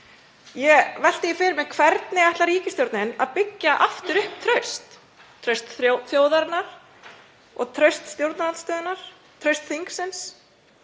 Ég velti fyrir mér: Hvernig ætlar ríkisstjórnin að byggja aftur upp traust, traust þjóðarinnar og traust stjórnarandstöðunnar, traust þingsins?